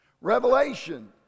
Revelation